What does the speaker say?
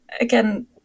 again